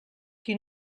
qui